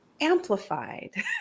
amplified